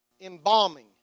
embalming